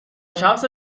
شخص